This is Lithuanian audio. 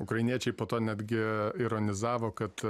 ukrainiečiai po to netgi ironizavo kad